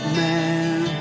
man